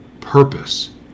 purpose